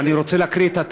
חס וחלילה.